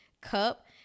cup